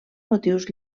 motius